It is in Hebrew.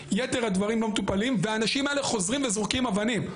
ייתר הדברים לא מטופלים והאנשים האלה חוזרים וזורקים אבנים,